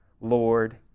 Lord